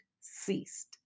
ceased